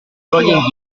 vogliono